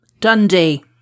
Dundee